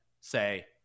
say